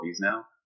now